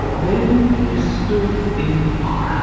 then he stood in horror.